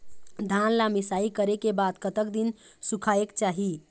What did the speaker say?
धान ला मिसाई करे के बाद कतक दिन सुखायेक चाही?